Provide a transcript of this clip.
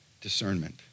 Discernment